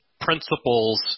principles